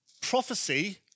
Prophecy